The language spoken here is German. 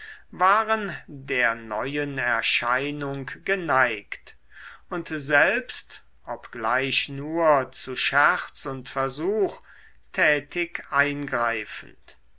waren der neuen erscheinung geneigt und selbst obgleich nur zu scherz und versuch tätig eingreifend